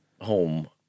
home